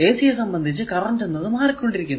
ac യെ സംബന്ധിച്ച് current എന്നത് മാറിക്കൊണ്ടിരിക്കുന്നു